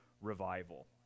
revival